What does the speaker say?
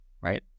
right